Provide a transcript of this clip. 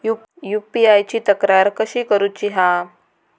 UPI ची तक्रार कशी करुची हा?